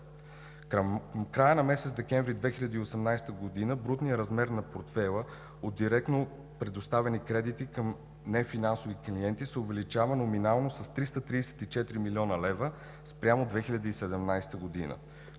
края на месец декември 2018 г. брутният размер на портфейла от директно предоставени кредити към нефинансови клиенти се увеличава номинално с 334 млн. лв. спрямо 2017 г.,